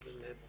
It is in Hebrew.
באמת